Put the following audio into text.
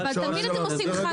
אבל תמיד אתם עושים חד צדדי.